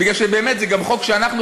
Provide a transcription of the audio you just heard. בגלל שזה באמת גם חוק שאנחנו,